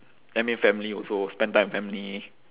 then maybe family also spend time with family